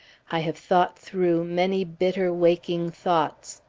i have thought through many bitter waking thoughts,